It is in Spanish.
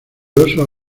oso